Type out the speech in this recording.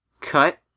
cut